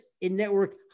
in-network